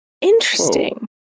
Interesting